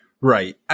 Right